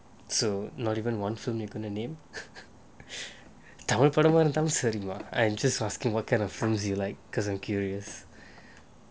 so not even one film you gonna make tamil படமா இருந்தாலும் சரிதான்:padamaa irunthalum saritan I'm just asking what kind of films you like just curious